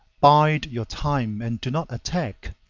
bide your time and do not attack.